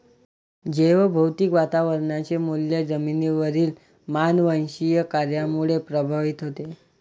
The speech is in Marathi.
जैवभौतिक वातावरणाचे मूल्य जमिनीवरील मानववंशीय कार्यामुळे प्रभावित होते